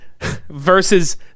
versus